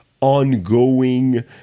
ongoing